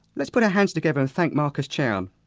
let's put our hands together and thank marcus chown.